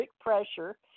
pressure